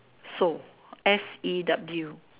sew S E W